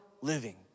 living